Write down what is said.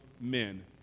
men